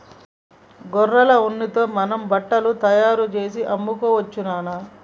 గొర్రెల ఉన్నితో మనం బట్టలు తయారుచేసి అమ్ముకోవచ్చు నాన్న